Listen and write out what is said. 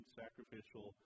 sacrificial